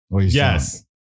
Yes